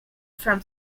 from